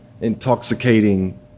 intoxicating